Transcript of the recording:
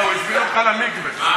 הוא הזמין אותך למקווה.